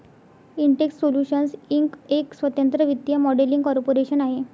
Intex solutions Inc एक स्वतंत्र वित्तीय मॉडेलिंग कॉर्पोरेशन आहे